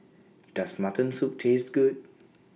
Does Mutton Soup Taste Good